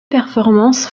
performances